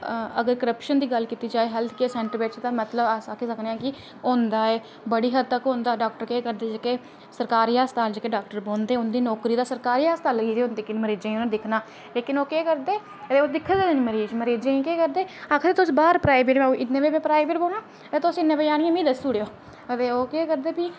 अगर करप्शन दी गल्ल कीती जाए हैल्थ केयर सेंटर बिच तां मतलब अस आक्खी सकनेआं कि होंदा ऐ बड़ी हद्द तक्क होंदा ऐ डाक्टर केह् करदे कि सरकारी अस्ताल जेह्के डाक्टर बौहंदे उं'दी नौकरी ते सरकारी अस्ताल लग्गी दी होंदी पर मरीजें गी उ'नें दिक्खना लेकिन ओह् दिखदे निं मरीजें गी ओह् केह् करदे आखदे तुस बाहर प्राईवेट आओ ते तुस मिगी इन्ने बजे आह्नियै दस्सी ओड़ेओ ते ओह् केह् करदे भी